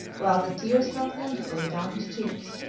while the tears run plentifully down his cheeks,